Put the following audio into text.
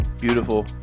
Beautiful